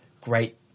great